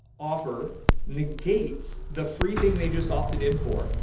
offer negates the free thing they just opted in for,